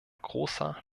großer